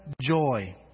joy